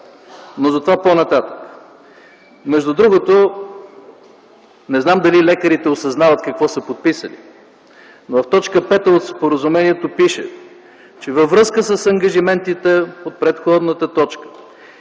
но за това по-нататък. Между другото, не знам дали лекарите осъзнават какво са подписали, но в т. 5 от Споразумението пише, че във връзка с ангажиментите от предходната точка